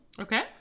Okay